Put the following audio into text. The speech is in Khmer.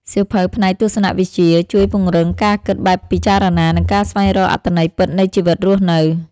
សៀវភៅផ្នែកទស្សនវិជ្ជា ជួយពង្រឹងការគិតបែបពិចារណា និងការស្វែងរកអត្ថន័យពិតនៃជីវិតរស់នៅ។